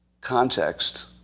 context